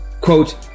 quote